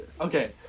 okay